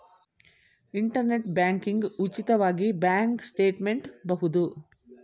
internet banking ಉಚಿತವಾಗಿ bank statement ಬಹುದು